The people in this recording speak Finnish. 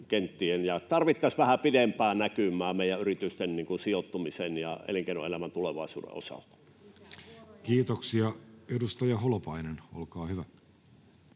Tarvittaisiin vähän pidempää näkymää meidän yritysten sijoittumisen ja elinkeinoelämän tulevaisuuden osalta. [Speech 315] Speaker: